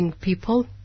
people